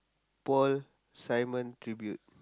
Paul-Simon tribute